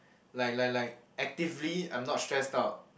like like like actively I'm not stressed out